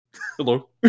Hello